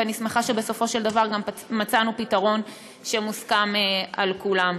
ואני שמחה שבסופו של דבר גם מצאנו פתרון שמוסכם על כולם.